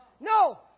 No